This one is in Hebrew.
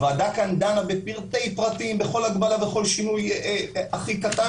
הועדה כאן דנה בפרטי פרטים בכל הגבלה וכל שינוי הכי קטן